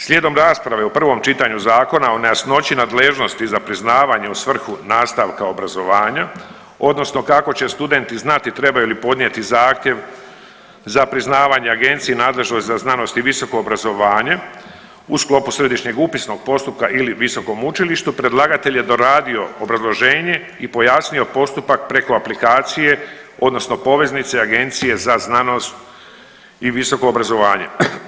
Slijedom rasprave u prvom čitanju zakona o nejasnoći nadležnosti za priznavanje u svrhu nastavka obrazovanja odnosno kako će studenti znati trebaju li podnijeti zahtjev za priznavanje Agenciji nadležnoj za znanost i visoko obrazovanje u sklopu središnjeg upisnog postupka ili visokom učilištu predlagatelj je doradio obrazloženje i pojasnio postupak preko aplikacije, odnosno poveznice Agencije za znanost i visoko obrazovanje.